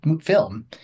film